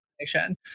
information